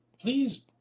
please